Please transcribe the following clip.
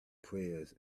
prayers